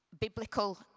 biblical